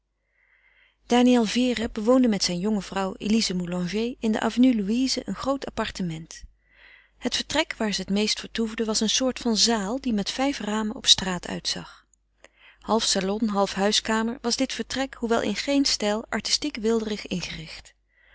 daniël vere bewoonde met zijn jonge vrouw elize moulanger in de avenue louise een groot appartement het vertrek waar ze het meest vertoefden was een soort van zaal die met vijf ramen op straat uitzag half salon half huiskamer was dit vertrek hoewel in geen stijl artistiek weelderig ingericht